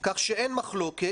שאין מחלוקת.